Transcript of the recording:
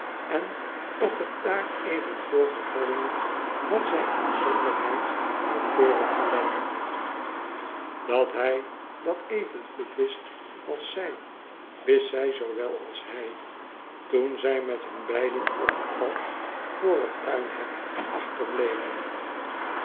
en op het daar even voorgevallene had zij inzonderheid nauwkeurig gelet dat hij dat evengoed wist als zij wist zij zoowel als hij toen zij met hun beiden op het pad voor het tuinhek achterbleven